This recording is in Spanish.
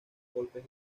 golpes